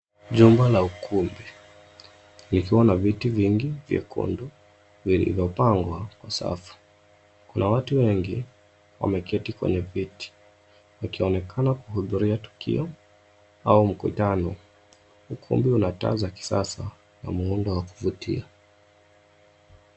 Nyumba ya ukumbi ikiwa na viti vingi vyekundu vilivyopangwa kwa safu. Kuna watu wengi wameketi kwenye viti wakionekana kuhudhuria tukio au mkutano. Ukumbi una taa za kisasa na muundo wa kuvutia.